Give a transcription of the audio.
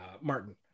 martin